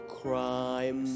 crime